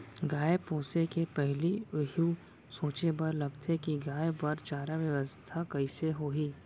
गाय पोसे के पहिली एहू सोचे बर लगथे कि गाय बर चारा बेवस्था कइसे होही